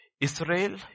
Israel